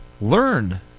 Learn